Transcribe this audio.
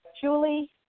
Julie